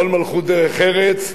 עול מלכות דרך ארץ,